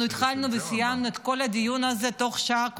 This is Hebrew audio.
אנחנו התחלנו וסיימנו את כל הדיון הזה תוך שעה,